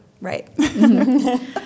Right